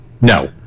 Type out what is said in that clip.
No